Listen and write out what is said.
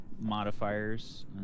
modifiers